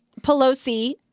Pelosi